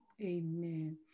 Amen